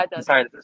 sorry